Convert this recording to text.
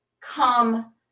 come